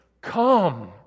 come